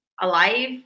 alive